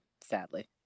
sadly